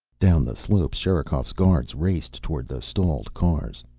down the slopes sherikov's guards raced, toward the stalled cars.